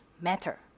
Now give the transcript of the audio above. matter